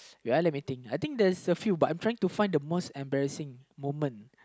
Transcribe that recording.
ya let me think I think there's a few but I'm trying to find the most embarrassing moment